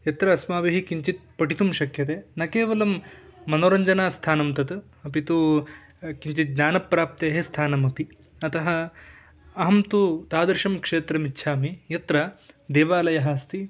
यत्र अस्माभिः किञ्चित् पठितुं शक्यते न केवलं मनोरञ्जनस्थानं तत् अपि तु किञ्चित् ज्ञानप्राप्तेः स्थानमपि अतः अहं तु तादृशं क्षेत्रम् इच्छामि यत्र देवालयः अस्ति